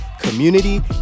community